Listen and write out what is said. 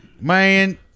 man